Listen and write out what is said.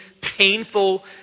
painful